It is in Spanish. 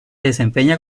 desempeña